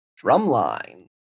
Drumline